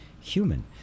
human